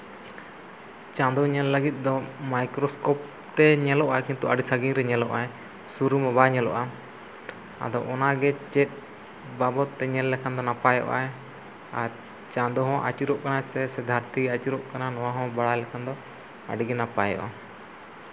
ᱪᱟᱸᱫᱚ ᱧᱮᱞ ᱞᱟᱹᱜᱤᱫ ᱢᱟᱭᱠᱨᱳᱯᱛᱮ ᱧᱮᱞᱚᱜᱼᱟ ᱠᱤᱱᱛᱩ ᱟᱹᱰᱤ ᱥᱟᱺᱜᱤᱧ ᱨᱮ ᱧᱮᱞᱚᱜᱼᱟᱭ ᱥᱩᱨ ᱨᱮᱢᱟ ᱵᱟᱭ ᱧᱮᱞᱚᱜᱼᱟ ᱟᱫᱚ ᱚᱱᱟ ᱜᱮ ᱪᱮᱫ ᱵᱟᱵᱚᱫᱽ ᱛᱮ ᱧᱮᱞ ᱞᱮᱠᱷᱟᱱ ᱫᱚ ᱱᱟᱯᱟᱭᱚᱜᱼᱟ ᱟᱨ ᱪᱟᱸᱫᱚ ᱦᱚᱸ ᱟᱹᱪᱩᱨᱚᱜ ᱠᱟᱱᱟᱭ ᱥᱮ ᱫᱷᱟᱹᱨᱛᱤ ᱜᱮ ᱟᱹᱪᱩᱨᱚᱜ ᱠᱟᱱᱟ ᱱᱚᱣᱟ ᱦᱚᱸ ᱵᱟᱲᱟᱭ ᱞᱮᱠᱷᱟᱱ ᱫᱚ ᱟᱹᱰᱤ ᱜᱮ ᱱᱟᱯᱟᱭᱚᱜᱼᱟ